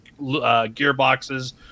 gearboxes